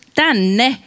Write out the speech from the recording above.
tänne